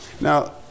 Now